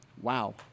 Wow